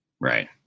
Right